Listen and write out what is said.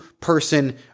person